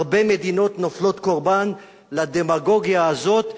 הרבה מדינות נופלות קורבן לדמגוגיה הזאת,